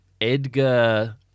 Edgar